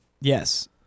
Yes